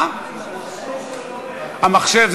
המחשב.